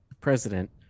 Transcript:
president